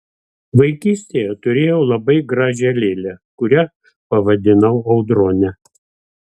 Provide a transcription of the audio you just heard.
vaikystėje turėjau labai gražią lėlę kurią pavadinau audrone